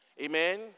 Amen